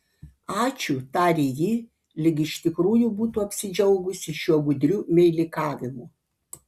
ačiū tarė ji lyg iš tikrųjų būtų apsidžiaugusi šiuo gudriu meilikavimu